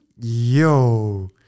Yo